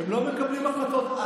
הם לא מקבלים החלטות,